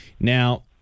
Now